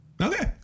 Okay